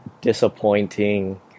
disappointing